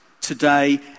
today